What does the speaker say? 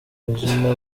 regina